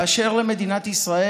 באשר למדינת ישראל,